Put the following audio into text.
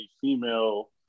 female